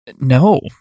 no